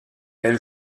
elle